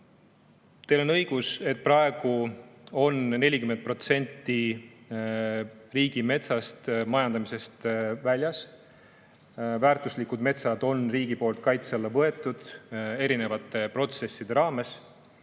Teil on õigus, et praegu on 40% riigimetsast majandamisest väljas. Väärtuslikud metsad on riik erinevate protsesside raames